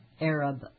Arab